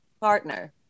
partner